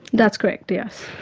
that's correct, yes.